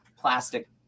plastic